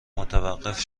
متوقف